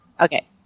Okay